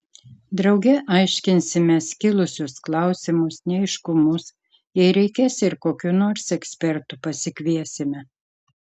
drauge aiškinsimės kilusius klausimus neaiškumus jei reikės ir kokių nors ekspertų pasikviesime